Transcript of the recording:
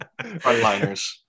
Frontliners